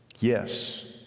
Yes